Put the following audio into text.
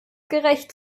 gerecht